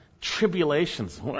tribulations